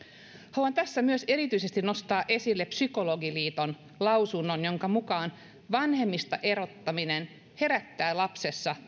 haluan tässä myös erityisesti nostaa esille psykologiliiton lausunnon jonka mukaan vanhemmista erottaminen herättää lapsessa